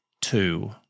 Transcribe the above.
two